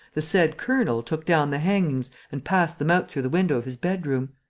the said colonel took down the hangings and passed them out through the window of his bedroom.